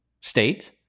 state